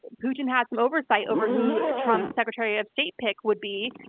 putin had some oversight over who trump's secretary of state pick would be,